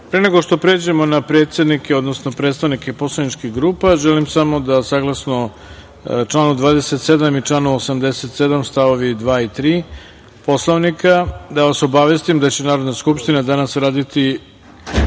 nego što pređemo na predsednike, odnosno predstavnike poslaničkih grupa želim samo da saglasno članu 27. i članu 87. stavovi 2. i 3. Poslovnika, da vas obavestim da će Narodna skupština danas raditi